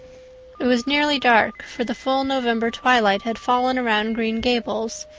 it was nearly dark, for the full november twilight had fallen around green gables,